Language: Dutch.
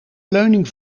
leuning